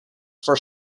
for